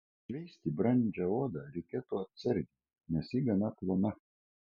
šveisti brandžią odą reikėtų atsargiai nes ji gana plona